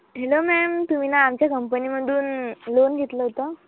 hello ma'am तुम्ही ना आमच्या कंपनीमधून लोन घेतलं होतं